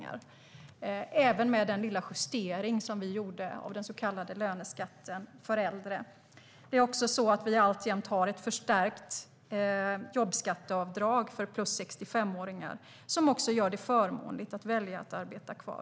Det är det även med den lilla justering vi gjorde av den så kallade löneskatten för äldre. Det är också så att vi alltjämt har ett förstärkt jobbskatteavdrag för människor över 65, vilket gör det förmånligt att välja att arbeta kvar.